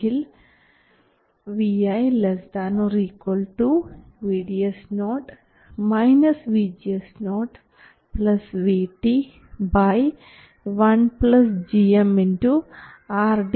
And if you use the VGS based limit vi ≥ VGS0 3 V VT 1 V so this says that it vi ≥ ഇത് നമ്മുടെ സർക്യൂട്ടിൽ ഉപയോഗിച്ചാൽ എന്താണ് ലഭിക്കുക